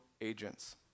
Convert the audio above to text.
agents